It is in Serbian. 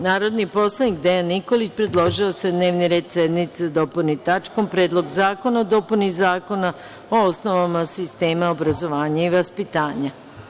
Narodni poslanik Dejan Nikolić predložio je da se dnevni red sednice dopuni tačkom - Predlog zakona o dopuni Zakona o osnovama sistema obrazovanja i vaspitanja.